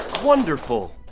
wonderful!